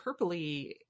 purpley